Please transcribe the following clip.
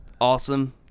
awesome